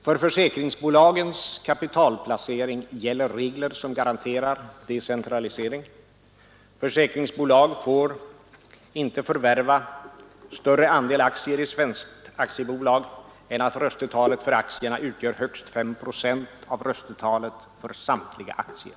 För försäkringsbolagens kapitalplacering gäller regler som garanterar decentralisering. Försäkringsbolag får inte förvärva större andel aktier i svenskt aktiebolag än att röstetalet för aktierna utgör högst 5 procent av röstetalet för samtliga Nr 98 aktier.